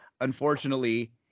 unfortunately